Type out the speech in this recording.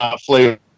flavor